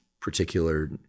particular